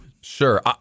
Sure